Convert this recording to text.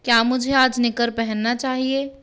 क्या मुझे आज निकर पहनना चाहिए